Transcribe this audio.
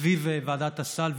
סביב ועדת הסל,